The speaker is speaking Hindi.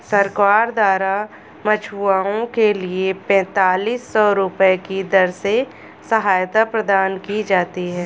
सरकार द्वारा मछुआरों के लिए पेंतालिस सौ रुपये की दर से सहायता प्रदान की जाती है